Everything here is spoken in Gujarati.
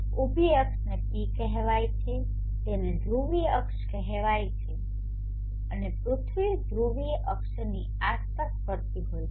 ઉભી અક્ષોને પી કહેવામાં આવે છે જેને ધ્રુવીય અક્ષ કહેવામાં આવે છે અને પૃથ્વી ધ્રુવીય અક્ષની આસપાસ ફરતી હોય છે